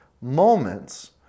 moments